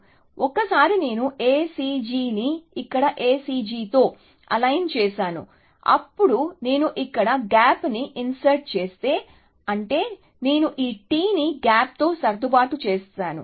కాబట్టి ఒకసారి నేను A C G ని ఇక్కడ A C G తో అలైన్ చేశాను అప్పుడు నేను ఇక్కడ గ్యాప్ని ఇన్సర్ట్ చేస్తే అంటే నేను ఈ T ని గ్యాప్తో సర్దుబాటు చేస్తాను